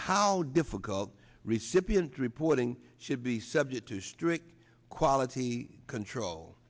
how difficult recipient reporting should be subject to strict quality control